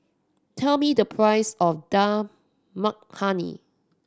tell me the price of Dal Makhani